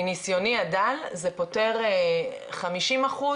מנסיוני הדל זה פותר חמישים אחוז,